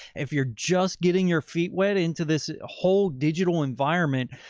if you're just getting your feet wet into this whole digital environment,